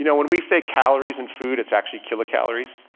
you know when we say calories and food, it's actually kilocalories,